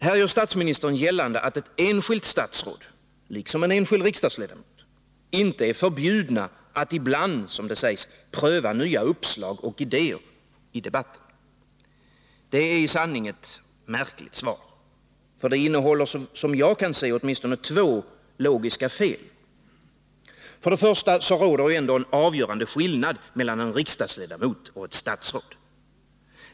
Här gör statsministern gällande att enskilt statsråd, liksom enskild riksdagsledamot, inte är förbjuden att ”ibland pröva nya uppslag och idéer i den allmänna debatten”. Det är i sanning ett märkligt svar. Det innehåller som jag ser det åtminstone två logiska fel. För det första råder ändå en avgörande skillnad mellan en riksdagsledamot och ett statsråd.